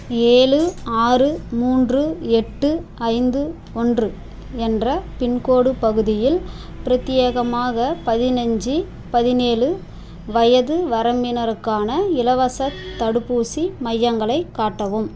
ஏழு ஆறு மூன்று எட்டு ஐந்து ஒன்று என்ற பின்கோட் பகுதியில் பிரத்யேகமாக பதினஞ்சு பதினேழு வயது வரம்பினருக்கான இலவசத் தடுப்பூசி மையங்களை காட்டவும்